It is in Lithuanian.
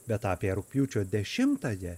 bet apie rugpjūčio dešimtąją